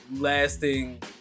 lasting